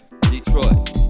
Detroit